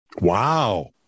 Wow